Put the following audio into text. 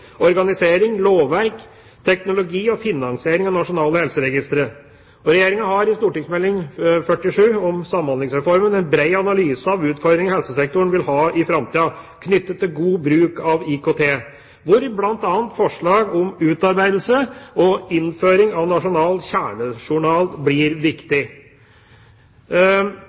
organisering, lovverk, teknologi og finansiering av nasjonale helseregistre. Regjeringa har i St.meld. nr. 47 for 2008–2009 Samhandlingsreformen en bred analyse av de utfordringene helsesektoren vil ha i framtida knyttet til god bruk av IKT, hvor bl.a. forslag om utarbeidelse og innføring av nasjonal kjernejournal blir viktig.